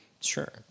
Sure